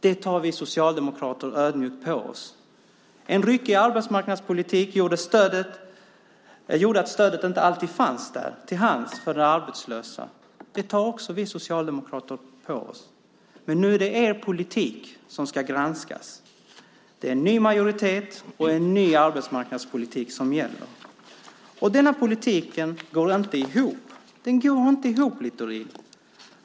Det tar vi socialdemokrater ödmjukt på oss. En ryckig arbetsmarknadspolitik gjorde att stödet inte alltid fanns där till hands för den arbetslösa. Det tar vi socialdemokrater också på oss. Men nu är det er politik som ska granskas. Det är en ny majoritet och en ny arbetsmarknadspolitik som gäller. Denna politik går inte ihop, Littorin.